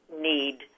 need